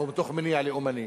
מתוך מניע לאומני,